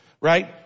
right